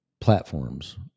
platforms